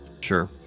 Sure